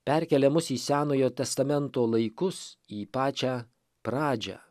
perkelia mus į senojo testamento laikus į pačią pradžią